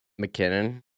McKinnon